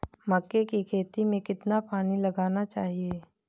मक्के की खेती में कितना पानी लगाना चाहिए?